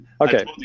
Okay